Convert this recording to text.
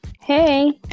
Hey